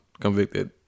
convicted